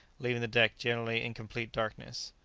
leaving the deck generally in complete darkness.